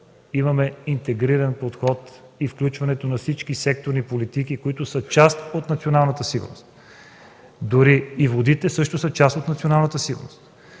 имаме интегриран подход и включването на всички секторни политики, които са част от националната сигурност. Дори и водите също са част от националната сигурност,